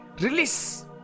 release